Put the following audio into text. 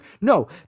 No